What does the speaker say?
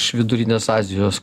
iš vidurinės azijos